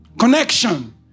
Connection